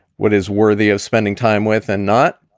what is worthy of spending time with and not.